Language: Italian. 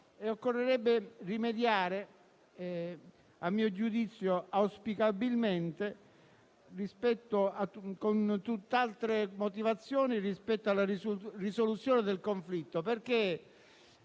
occorrerebbe rimediare - a mio giudizio auspicabilmente - con tutt'altre motivazioni rispetto alla risoluzione del conflitto.